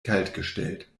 kaltgestellt